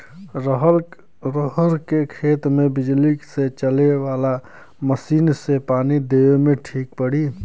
रहर के खेती मे बिजली से चले वाला मसीन से पानी देवे मे ठीक पड़ी?